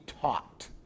taught